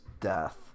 death